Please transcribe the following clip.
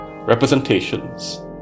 representations